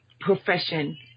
profession